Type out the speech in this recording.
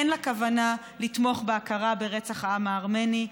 אין להם כוונה לתמוך בהכרה ברצח העם הארמני.